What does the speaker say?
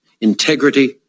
integrity